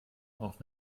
auch